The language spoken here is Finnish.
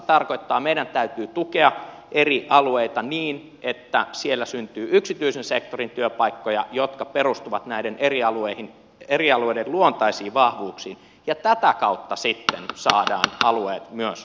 meidän täytyy tukea eri alueita niin että siellä syntyy yksityisen sektorin työpaikkoja jotka perustuvat näiden eri alueiden luontaisiin vahvuuksiin ja tätä kautta sitten saadaan alueet myös elinvoimaisiksi